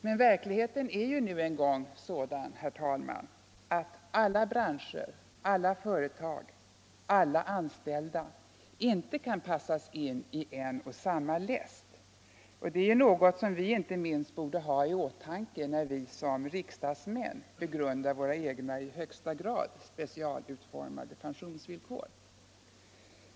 Men verkligheten är nu en gång sådan, herr talman, att alla branscher, alla företag, alla anställda inte kan passas in i en och samma läst — det är något som inte minst vi borde ha i åtanke när vi som riksdagsmän begrundar våra egna, i högsta grad specialutformade pensionsvillkor.